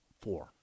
Four